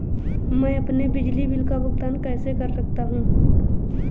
मैं अपने बिजली बिल का भुगतान कैसे कर सकता हूँ?